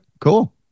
cool